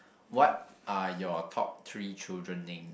what are your top three children name